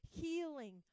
healing